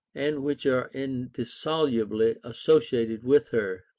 and which are indissolubly associated with her.